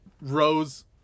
rose